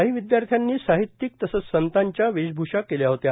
काही विदयार्थ्यांनी साहित्यिक तसंच संतांच्या वेशभूषा केल्या होत्या